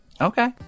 okay